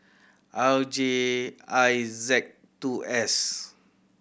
R J I Z two S